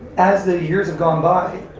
as the years have gone by,